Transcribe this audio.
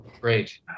Great